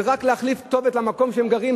ורק להחליף כתובת למקום שהם גרים,